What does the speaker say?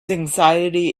anxiety